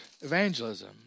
evangelism